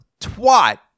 twat